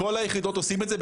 בכל היחידות עושים את זה,